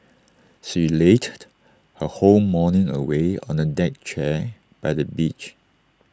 she lazed her whole morning away on A deck chair by the beach